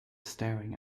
staring